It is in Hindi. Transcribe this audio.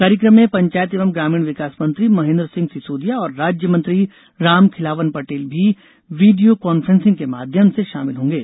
कार्यक्रम में पंचायत एवं ग्रामीण विकास मंत्री महेन्द्र सिंह सिसोदिया और राज्य मंत्री रामखिलावन पटेल भी वीडियो कान्फ्रेंसिंग के माध्यम से शामिल होंगे